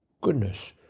goodness